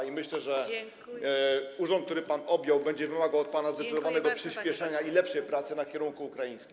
I myślę, że urząd, który pan objął, będzie wymagał od pana zdecydowanego przyspieszenia i lepszej pracy na kierunku ukraińskim.